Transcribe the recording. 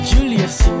Julius